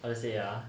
how to say ah